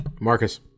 Marcus